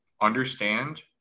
understand